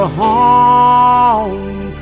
home